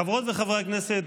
חברות וחברי הכנסת,